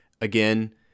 Again